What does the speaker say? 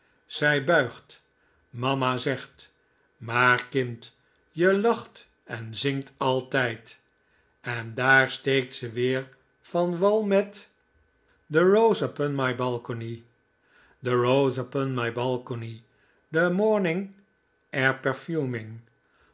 zij buigt mama zegt maar kind je lacht en zingt altijd en daar steekt ze weer van wal met the rose upon my balcony the rose